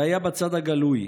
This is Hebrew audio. זה היה בצד הגלוי,